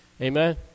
amen